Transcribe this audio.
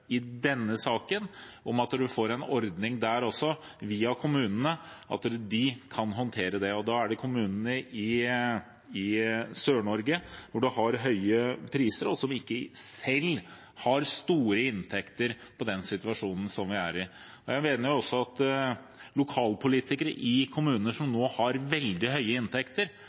om at man får en ordning via kommunene, slik at de kan håndtere det. Det gjelder kommunene i Sør-Norge, hvor man har høye priser, og som ikke selv har store inntekter av den situasjonen vi er i. Jeg mener også at lokalpolitikere i kommuner som nå har veldig høye inntekter